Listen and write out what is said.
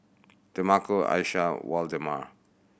Demarco Aisha Waldemar